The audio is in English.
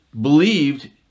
believed